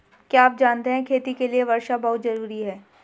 क्या आप जानते है खेती के लिर वर्षा बहुत ज़रूरी है?